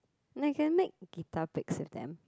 like can make guitar picks with them